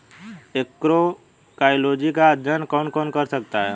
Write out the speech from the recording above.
Agroecology का अध्ययन कौन कौन कर सकता है?